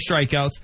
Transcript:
strikeouts